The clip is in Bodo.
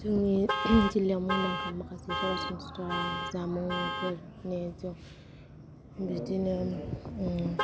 जोंनि जिल्लाआव मुंदांखा माखासे सरासनस्रा जामुंफोर बिदिनो